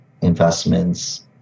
investments